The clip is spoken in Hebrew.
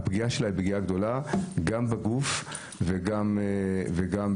והפגיעה שלה היא פגיעה גדולה, בגוף וגם ברכוש.